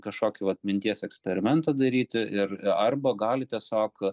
kažkokį vat minties eksperimentą daryti ir arba gali tiesiog